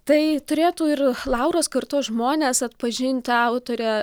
tai turėtų ir lauros kartos žmonės atpažinti autorę